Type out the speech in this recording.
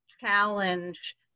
challenge